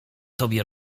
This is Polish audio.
tobie